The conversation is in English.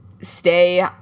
stay